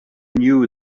knew